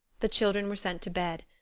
the children were sent to bed.